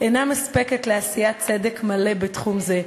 אינה מספקת לעשיית צדק מלא בתחום זה,